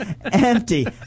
empty